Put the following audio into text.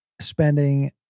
Spending